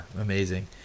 Amazing